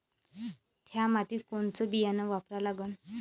थ्या मातीत कोनचं बियानं वापरा लागन?